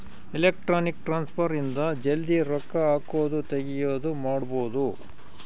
electronic transfer ಇಂದ ಜಲ್ದೀ ರೊಕ್ಕ ಹಾಕೋದು ತೆಗಿಯೋದು ಮಾಡ್ಬೋದು